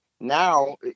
Now